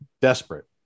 desperate